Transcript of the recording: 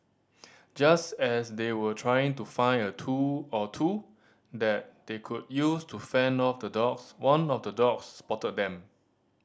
just as they were trying to find a tool or two that they could use to fend off the dogs one of the dogs spotted them